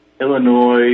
Illinois